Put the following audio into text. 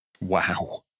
Wow